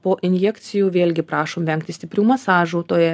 po injekcijų vėlgi prašom vengti stiprių masažų toje